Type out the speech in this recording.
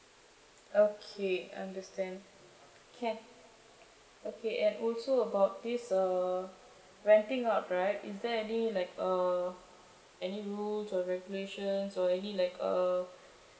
okay I understand can okay and also about this uh renting out right is there any like uh any rules or regulations or any like uh